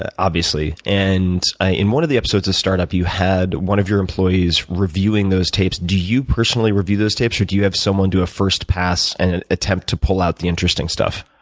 ah obviously. and ah in one of the episodes of startup you had one of your employees reviewing those tapes. do you personally review those tapes or do you have someone do a first pass and attempt to pull out the interesting stuff?